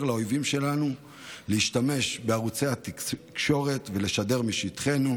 לאויבים שלנו להשתמש בערוצי התקשורת ולשדר משטחנו,